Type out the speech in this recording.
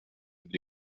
and